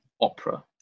opera